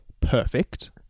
perfect